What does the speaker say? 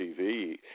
TV